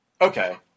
Okay